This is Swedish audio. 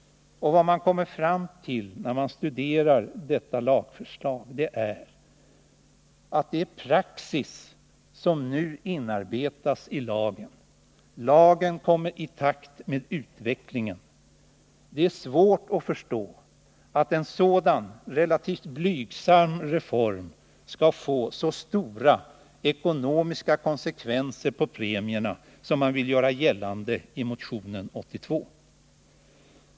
Vad man kommer fram till när man studerar detta lagförslag är att det är praxis som nu inarbetas i lagen. Lagen kommer i takt med utvecklingen. Det är svårt att förstå att en sådan relativt blygsam reform skall få så stora ekonomiska konsekvenser på premierna som man vill göra gällande i motionen 82.